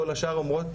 כל השאר אומרות,